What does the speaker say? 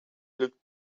looked